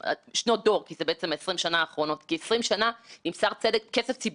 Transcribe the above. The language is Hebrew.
לא ייתכן שאנשים במערכת הפיננסית איבדו מיליארדים ואין שכר ועונש,